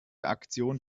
aktion